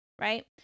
Right